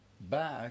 back